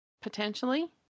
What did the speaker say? potentially